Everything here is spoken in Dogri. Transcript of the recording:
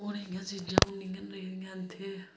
हून एह् चीज़ां नेईं हैन रेह्दियां न ते